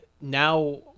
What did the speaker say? now